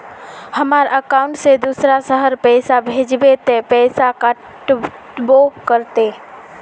हमर अकाउंट से दूसरा शहर पैसा भेजबे ते पैसा कटबो करते?